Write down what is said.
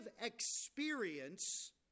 experience